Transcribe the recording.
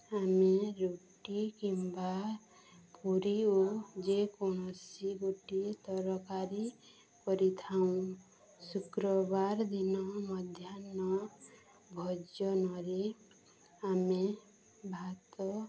ଆମେ ରୁଟି କିମ୍ବା ପୁରୀ ଓ ଯେକୌଣସି ଗୋଟିଏ ତରକାରୀ କରିଥାଉ ଶୁକ୍ରବାର ଦିନ ମଧ୍ୟାହ୍ନ ଭୋଜନରେ ଆମେ ଭାତ